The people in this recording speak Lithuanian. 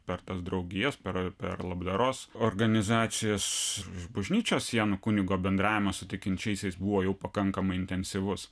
per tas draugijas per per labdaros organizacijas už bažnyčios sienų kunigo bendravimas su tikinčiaisiais buvo jau pakankamai intensyvus